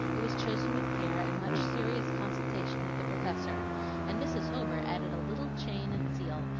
it was chosen with care and much serious consultation with the professor and mrs. homer added a little chain and seal,